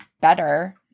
better